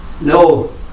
No